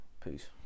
Peace